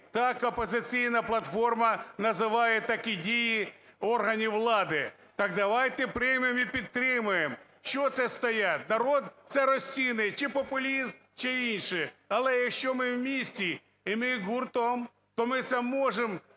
Так "Опозиційна платформа" називає такі дії органів влади. Так давайте приймемо і підтримаємо, що це стоять. Народ це розцінить – чи популізм, чи інше. Але якщо ми вмісті і ми гуртом, то ми це можемо